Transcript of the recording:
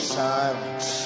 silence